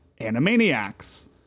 Animaniacs